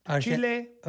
Chile